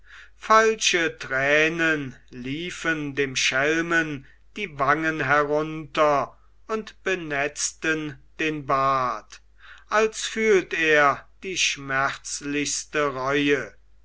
falsche tränen liefen dem schelmen die wangen herunter und benetzten den bart als fühlt er die schmerzlichste reue